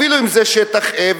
אפילו אם זה שטח A,